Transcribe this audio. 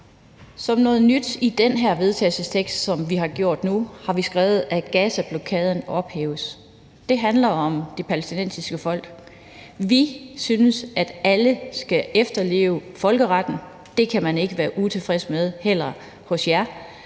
har gjort nu i den her vedtagelsestekst, har vi skrevet, at Gazablokaden skal ophæves. Det handler om det palæstinensiske folk. Vi synes, at alle skal efterleve folkeretten; det kan man ikke være utilfreds med, heller ikke hos jer.